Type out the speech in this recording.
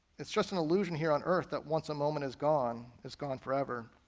it's just an illusion here on earth that once a moment is gone, it's gone forever.